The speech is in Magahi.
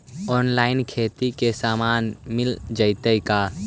औनलाइन खेती के सामान मिल जैतै का?